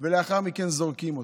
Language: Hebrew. ולאחר מכן זורקים אותו.